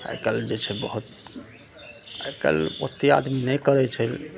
आइकाल्हि जे छै बहुत आइकाल्हि ओते आदमी नहि करै छै